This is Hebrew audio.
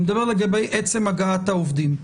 אני מדבר לגבי עצם הגעת העובדים.